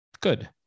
good